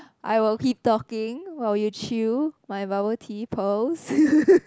I will keep talking while you chew my bubble tea pearls